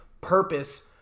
purpose